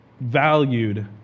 valued